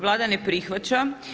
Vlada ne prihvaća.